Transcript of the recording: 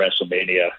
WrestleMania